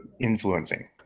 influencing